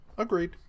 agreed